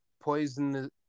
poison